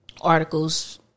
articles